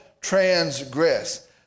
transgress